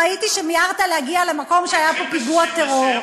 ראיתי שמיהרת להגיע למקום שהיה בו פיגוע טרור.